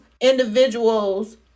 individuals